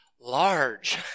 large